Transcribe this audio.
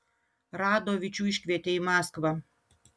radovičių iškvietė į maskvą